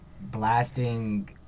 blasting